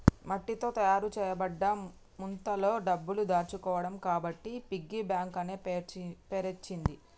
మట్టితో తయారు చేయబడ్డ ముంతలో డబ్బులు దాచుకోవడం కాబట్టి పిగ్గీ బ్యాంక్ అనే పేరచ్చింది